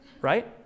right